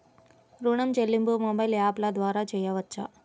ఋణం చెల్లింపు మొబైల్ యాప్ల ద్వార చేయవచ్చా?